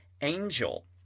angel